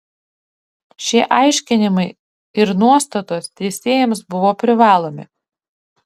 šie aiškinimai ir nuostatos teisėjams buvo privalomi